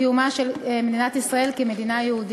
קיומה של מדינת ישראל כמדינה יהודית.